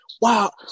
wow